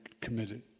committed